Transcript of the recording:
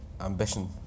ambition